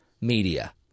media